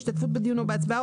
השתתפות בדיון או בהצבעה,